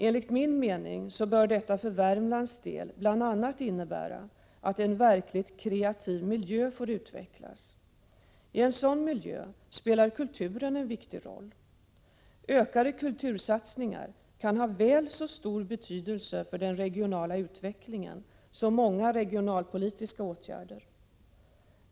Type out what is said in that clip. Enligt min mening bör detta för Värmlands del bl.a. innebära att en verkligt kreativ miljö får utvecklas. I en sådan miljö spelar kulturen en viktig roll. Ökade kultursatsningar kan ha väl så stor betydelse för den regionala utvecklingen som många regionalpolitiska åtgärder.